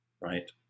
right